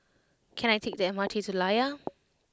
can I take the M R T to Layar